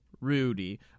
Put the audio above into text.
Rudy